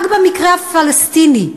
רק במקרה הפלסטיני,